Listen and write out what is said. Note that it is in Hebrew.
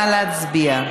נא להצביע.